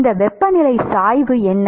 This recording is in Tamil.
இந்த வெப்பநிலை சாய்வு என்ன